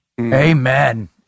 Amen